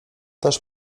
też